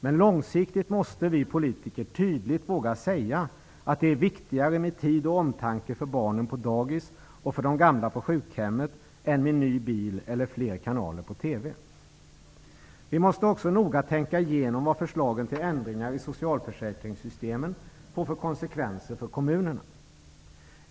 Men långsiktigt måste vi politiker tydligt våga säga att det är viktigare med tid och omtanke för barnen på dagis och för gamla på sjukhemmet än med ny bil eller fler kanaler på Vi måste också noga tänka igenom vad förslagen till ändringar i socialförsäkringssystemen får för konsekvenser för kommunerna.